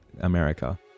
America